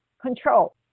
control